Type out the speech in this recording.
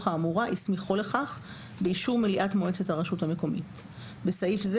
האמורה הסמיכו לכך באישור מליאת מועצת הרשות המקומית (בסעיף זה,